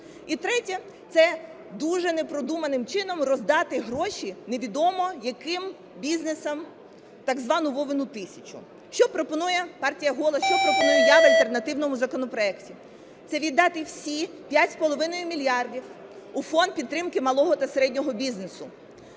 І третє – це дуже непродуманим чином роздати гроші невідомо яким бізнесам, так звану "Вовину тисячу". Що пропонує партія "Голос", що пропоную я в альтернативному законопроекті. Це віддати всі 5,5 мільярда у фонд підтримки малого та середнього бізнесу.